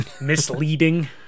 Misleading